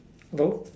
hello